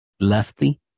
Lefty